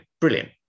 brilliant